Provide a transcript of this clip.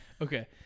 Okay